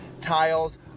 tiles